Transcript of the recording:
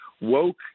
woke